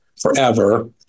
forever